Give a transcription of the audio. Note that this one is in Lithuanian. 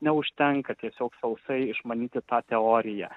neužtenka tiesiog sausai išmanyti tą teoriją